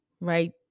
right